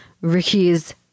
Ricky's